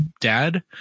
dad